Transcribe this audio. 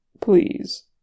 Please